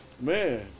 man